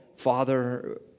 Father